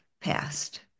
past